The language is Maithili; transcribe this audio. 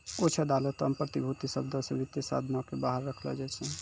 कुछु अदालतो मे प्रतिभूति शब्दो से वित्तीय साधनो के बाहर रखलो जाय छै